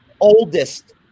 oldest